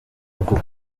uku